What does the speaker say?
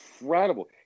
incredible